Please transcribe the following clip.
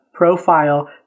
Profile